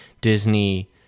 Disney